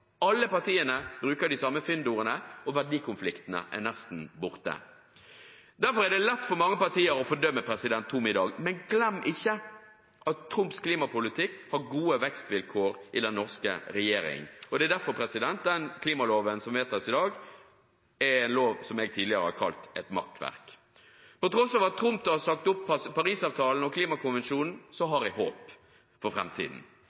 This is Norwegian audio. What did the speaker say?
Alle partiene bruker de samme fyndordene, og verdikonfliktene er nesten borte. Derfor er det lett for mange partier å fordømme president Trump i dag, men glem ikke at Trumps klimapolitikk har gode vekstvilkår i den norske regjering. Det er derfor den klimaloven som vedtas i dag, er en lov jeg tidligere har kalt et makkverk. Til tross for at Trump har sagt opp Paris-avtalen og klimakonvensjonen, har jeg håp for